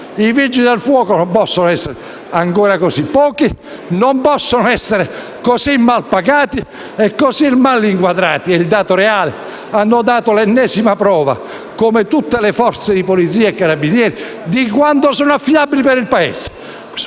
I Vigili del fuoco, che non possono essere ancora così pochi, così malpagati e così male inquadrati (è il dato reale), hanno dato l'ennesima prova, come tutte le forze della Polizia e dei Carabinieri, di quanto siano affidabili per il Paese.